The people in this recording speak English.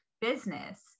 business